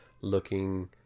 looking